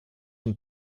und